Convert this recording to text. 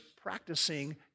practicing